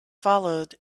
followed